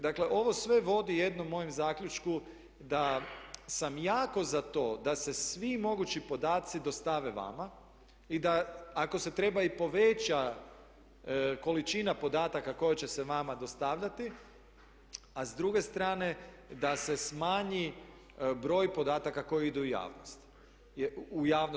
Dakle, ovo sve vodi jednom mojem zaključku da sam jako za to da se svi mogući podaci dostave vama i da ako se treba i poveća količina podataka koja će se vama dostavljati a s druge strane da se smanji broj podataka koji idu u javnost.